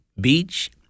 beach